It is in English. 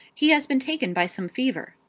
he has been taken by some fever.